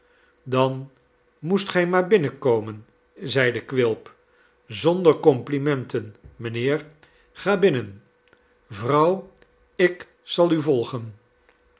dan moest gij maar binnenkomen zeide quilp zonder complimenten mijnheer ga binnen vrouw ik zal u volgen